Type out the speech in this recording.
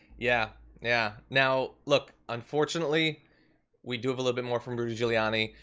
yeah, yeah. now, look, unfortunately we do have a little bit more from rudy giuliani.